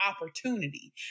opportunity